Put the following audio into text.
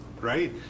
right